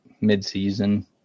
mid-season